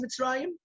Mitzrayim